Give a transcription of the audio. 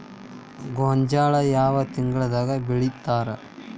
ಗೋಂಜಾಳ ಯಾವ ತಿಂಗಳದಾಗ್ ಬೆಳಿತಾರ?